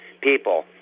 people